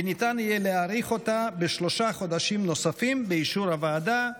וניתן יהיה להאריך אותה בשלושה חודשים נוספים באישור הוועדה.